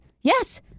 yes